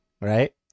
right